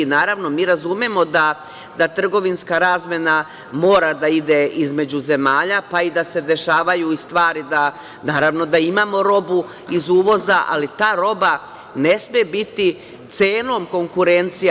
Naravno, mi razumemo da trgovinska razmena mora da ide između zemalja, pa i da se dešavaju stvari da, naravno i da imamo robu iz uvoza, ali ta roba ne sme biti cenom konkurencija.